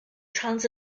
trans